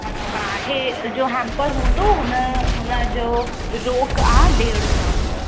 हा हे जो हैंपर हूंदो हुन हुन जो रोक आहे डेढ़ सौ रुपए